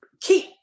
keep